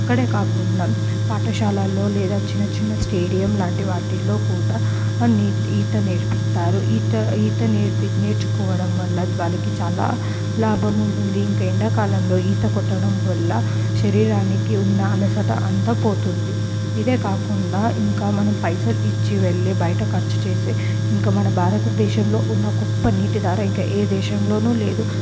అక్కడే కాకుండా పాఠశాలల్లో లేదా చిన్న చిన్న స్టేడియం లాంటివి వాటిల్లో కూడా నీటి ఈత నేర్పిస్తారు ఈత ఈత నేర్పి నేర్చుకోవడం వల్ల వాళ్లకి చాలా లాభం పొంది ఇంకా ఎండాకాలంలో ఈత కొట్టడం వల్ల ఇంకా శరీరానికి ఉన్న అలసట అంతా పోతుంది ఇదే కాకుండా ఇంకా మనం పైసలు ఇచ్చి వెళ్ళే బయట ఖర్చు చేసి ఇంకా మన భారత దేశంలో ఉన్న గొప్ప నీటి ధార ఇంకా ఏ దేశంలోనూ లేదు